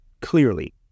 clearly